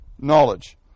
knowledge